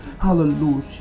hallelujah